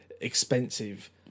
expensive